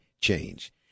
change